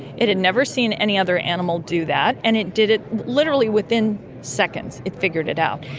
it had never seen any other animal do that, and it did it literally within seconds it figured it out.